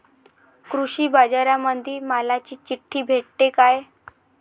कृषीबाजारामंदी मालाची चिट्ठी भेटते काय?